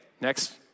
next